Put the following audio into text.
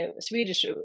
Swedish